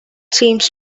seems